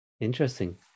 Interesting